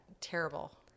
terrible